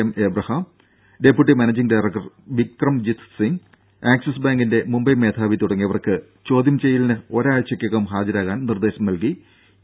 M Abraham deputy managing director Vikramjit Singh Axis ബാങ്കിന്റെ മുംബൈ മേധാവി തുടങ്ങിയവർക്ക് ചോദ്യം ചെയ്യലിന് ഒരാഴ്ചക്കകം ഹാജരാകാൻ നിർദ്ദേശം നൽകി ഇ